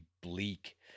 bleak